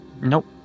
Nope